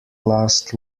last